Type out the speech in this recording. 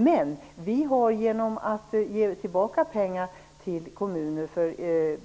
Men genom att ge kommunerna tillbaka pengar för